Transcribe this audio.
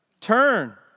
Turn